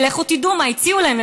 ולכו תדעו מה הציעו להם,